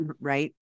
right